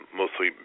mostly